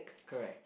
correct